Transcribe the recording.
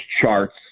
charts